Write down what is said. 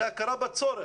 זה הכרה בצורך.